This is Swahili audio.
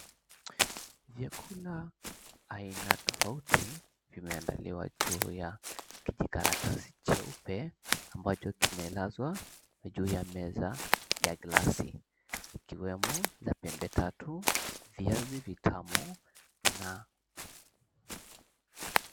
Vyakula vya aina tofauti vimeandaliwa juu ya kijikaratasi cheupe ambacho kimelazwa juu ya meza ya glasi, ikiwemo za pembe tatu, viazi vitamu na...